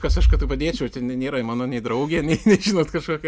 kas aš kad padėčiau ten nėra ji mano nei draugė nei nei žinot kažkokia